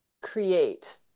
create